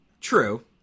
true